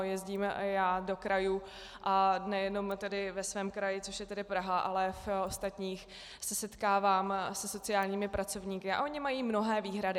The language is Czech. Jezdím i já do krajů, a nejenom tedy ve svém kraji, což je tedy Praha, ale i v ostatních se setkávám se sociálním pracovníky a oni mají mnohé výhrady.